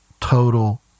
total